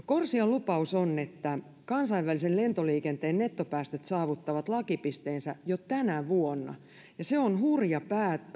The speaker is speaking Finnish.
corsian lupaus on että kansainvälisen lentoliikenteen nettopäästöt saavuttavat lakipisteensä jo tänä vuonna ja se on hurja